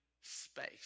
space